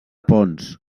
ponç